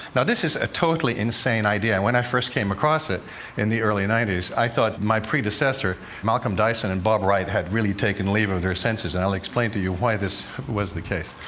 now, this is a totally insane idea. and when i first came across it in the early ninety s, i thought my predecessor, malcolm dyson and bob wright, had really taken leave of their senses, and i'll explain to you why this was the case.